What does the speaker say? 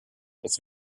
das